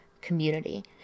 community